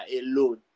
alone